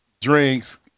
drinks